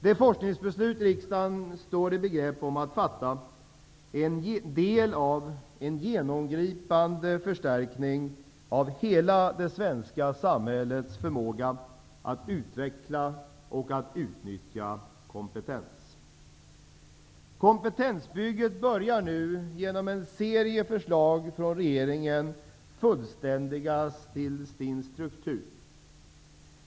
Det forskningsbeslut riksdagen står i begrepp att fatta är en del av en genomgripande förstärkning av hela det svenska samhällets förmåga att utveckla och utnytta kompetens. Kompetensbygget börjar nu genom en serie förslag från regeringen att fullständigas till sin struktur.